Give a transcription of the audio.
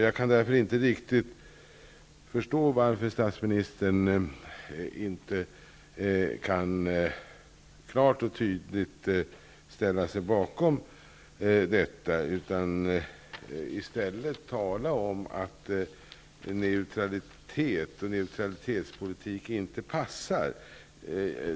Jag kan därför inte riktigt förstå varför statsministern inte klart och tydligt kan ställa sig bakom detta i stället för att tala om att neutralitet och neutralitetspolitik inte passar.